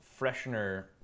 Freshener